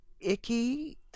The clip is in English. icky